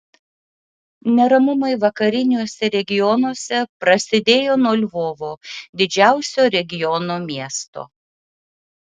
neramumai vakariniuose regionuose prasidėjo nuo lvovo didžiausio regiono miesto